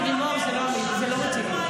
ולמה את אומרת, לימור, זה לא רציני.